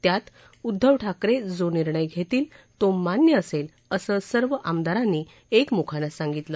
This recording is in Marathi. त्यात उद्धव ठाकर जो निर्णय घेतील तो मान्य असेल असं सर्व आमदारांनी एकमुखानं सांगितलं